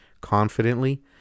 confidently